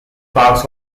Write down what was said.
parts